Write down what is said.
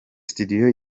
studio